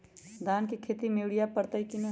धान के खेती में यूरिया परतइ कि न?